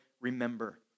remember